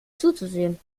zuzusehen